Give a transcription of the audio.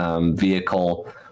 Vehicle